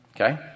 Okay